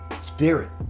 Spirit